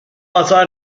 basada